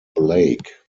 blake